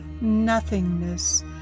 nothingness